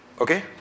Okay